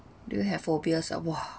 do you have phobias ah !wah!